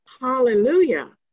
Hallelujah